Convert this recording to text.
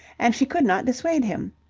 and she could not dissuade him.